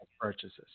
purchases